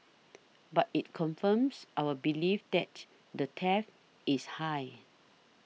but it confirms our belief that the threat is high